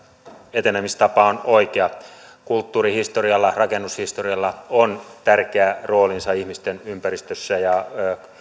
etenemistapa on oikea kulttuurihistorialla rakennushistorialla on tärkeä roolinsa ihmisten ympäristössä ja